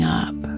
up